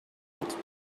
multiple